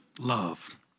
love